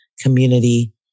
community